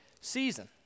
season